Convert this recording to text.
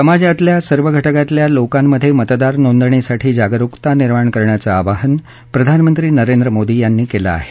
समाजातल्या सर्व घटकातल्या लोकांमधे मतदार नोंदणीसाठी जागरुकता निर्माण करण्याचं आवाहन प्रधानमंत्री नरेंद्र मोदी यांनी केलं आहे